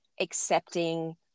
accepting